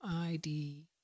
ID